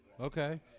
Okay